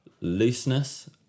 looseness